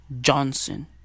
Johnson